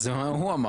זה הוא אמר.